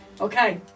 okay